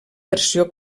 versió